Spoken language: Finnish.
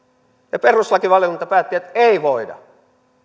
perustuslakivaliokunta päätti että ei voida